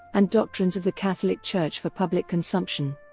and doctrines of the catholic church for public consumption.